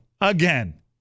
again